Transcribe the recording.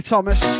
Thomas